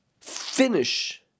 finish